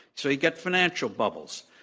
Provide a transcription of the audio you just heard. so you get financial bubbles.